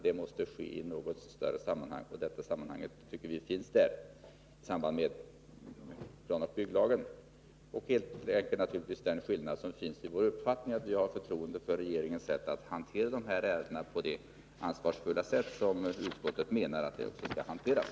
Det måste ske i ett större sammanhang, och detta större sammanhang finner vi i planoch bygglagen. Helt naturligt finns det en skillnad i uppfattning när det gäller vårt förtroende för regeringens sätt att hantera de här ärendena så ansvarsfullt som utskottet menar att de skall hanteras.